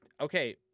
okay